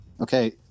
Okay